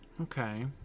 okay